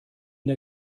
der